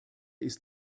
ist